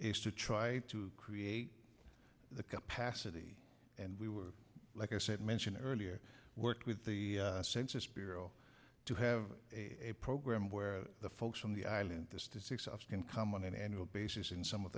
is to try to create the capacity and we were like i said mentioned earlier work with the census bureau to have a program where the folks on the island to six often come on an annual basis in some of